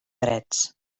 drets